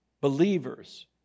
believers